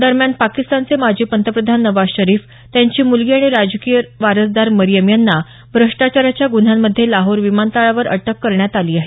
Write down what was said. दरम्यान पाकिस्तानचे माजी पंतप्रधान नवाज शरीफ त्यांची मूलगी आणि त्यांची राजकीय वारसदार मरियम यांना भ्रष्टाचाराच्या गुन्ह्यांमध्ये लाहोर विमानतळावर अटक करण्यात आली आहे